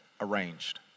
arranged